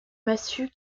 massue